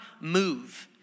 move